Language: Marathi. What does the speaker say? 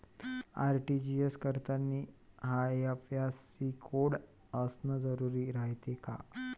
आर.टी.जी.एस करतांनी आय.एफ.एस.सी कोड असन जरुरी रायते का?